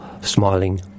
smiling